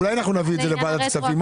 אולי אנחנו נביא את זה לוועדת כספים?